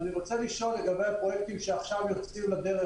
ואני רוצה לשאול את לגבי הפרויקטים שעכשיו יוצאים לדרך,